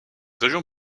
région